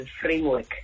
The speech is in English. framework